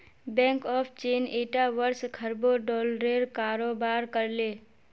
bank of चीन ईटा वर्ष खरबों डॉलरेर कारोबार कर ले